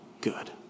good